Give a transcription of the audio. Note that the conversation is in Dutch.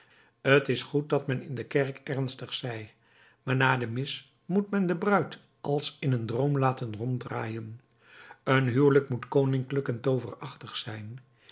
t is goed dat men in de kerk ernstig zij maar na de mis moet men de bruid als in een droom laten ronddraaien een huwelijk moet koninklijk en tooverachtig zijn